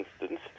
instance